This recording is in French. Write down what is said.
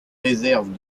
réserves